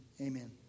Amen